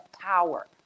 power